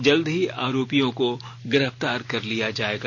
जल्द ही आरोपियों को गिरफ्तार कर लिया जायेगा